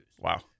Wow